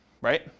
right